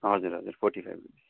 हजुर हजुर forty five rupees